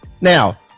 now